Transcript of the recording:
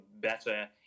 better